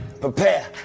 prepare